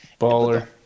Baller